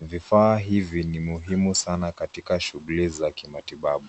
Vifaa hivi ni muhimu sana katika shughuli za kimatibabu.